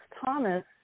Thomas